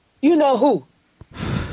you-know-who